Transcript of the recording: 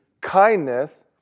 kindness